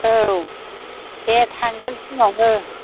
औ दे थांगोन फुङावनो